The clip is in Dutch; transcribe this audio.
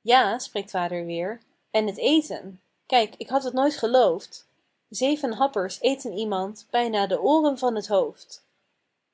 ja spreekt vader weer en t eten kijk ik had het nooit geloofd zeven happers eten iemand bijna de ooren van het hoofd